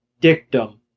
dictum